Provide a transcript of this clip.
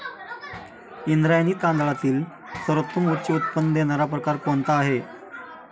इंद्रायणी तांदळातील सर्वोत्तम उच्च उत्पन्न देणारा प्रकार कोणता आहे?